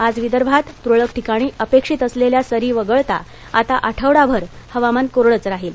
आज विदर्भात तुरळक ठिकाणी अपेक्षित असलेल्या सरी वगळता आता आठवडाभर हवामान कोरडंच राहील